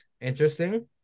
Interesting